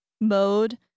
mode